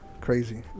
Crazy